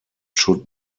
should